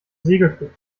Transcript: segelflug